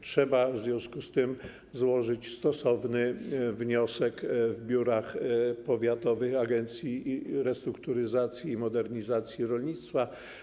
Trzeba w związku z tym złożyć stosowny wniosek w biurach powiatowych Agencji Restrukturyzacji i Modernizacji Rolnictwa.